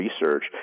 research